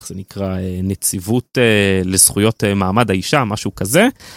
זה נקרא אה... נציבות אה... לזכויות אה... מעמד האישה, משהו כזה.